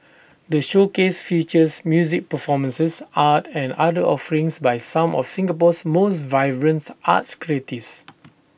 the showcase features music performances art and other offerings by some of Singapore's most vibrants arts creatives